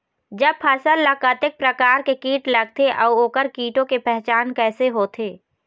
जब फसल ला कतेक प्रकार के कीट लगथे अऊ ओकर कीटों के पहचान कैसे होथे?